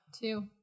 two